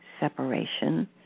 separation